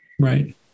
right